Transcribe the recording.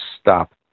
stop